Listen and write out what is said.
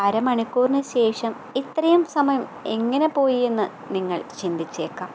അരമണിക്കൂറിന് ശേഷം ഇത്രയും സമയം എങ്ങനെ പോയി എന്ന് നിങ്ങൾ ചിന്തിച്ചേക്കാം